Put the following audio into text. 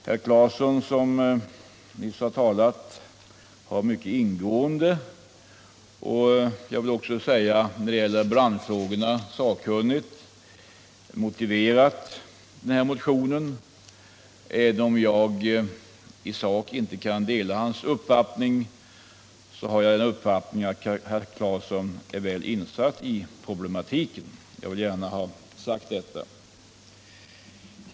Herr Claeson, som nyss talade, har mycket ingående, och jag vill också när det gäller branschfrågorna säga sakkunnigt, motiverat denna motion. Även om jag i sak inte kan dela herr Claesons uppfattning, har jag den åsikten att han är väl insatt i problematiken. Jag vill gärna ha sagt detta.